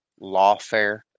lawfare